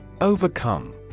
Overcome